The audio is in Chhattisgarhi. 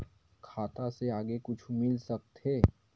खाता से आगे कुछु मिल सकथे?